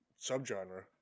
subgenre